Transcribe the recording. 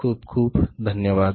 खूप खूप धन्यवाद